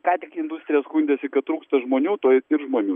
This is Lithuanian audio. ką tik industrija skundėsi kad trūksta žmonių tuoj ir žmonių